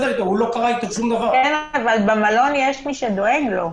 אבל במלון יש מי שדואג לו.